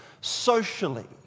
socially